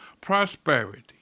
prosperity